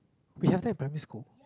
we have that in primary school